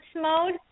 mode